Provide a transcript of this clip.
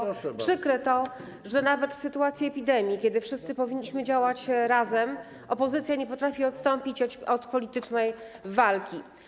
Przykre to, że nawet w sytuacji epidemii, kiedy wszyscy powinniśmy działać razem, opozycja nie potrafi odstąpić od politycznej walki.